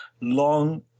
Long